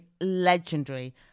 legendary